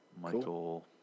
Michael